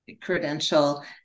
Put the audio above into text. credential